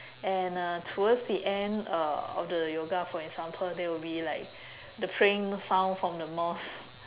and uh towards the end uh of the yoga for example there will be like the praying sounds from the mosque